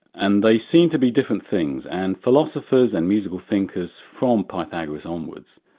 and they seem to be different things, and philosophers and musical thinkers from pythagoras onwards,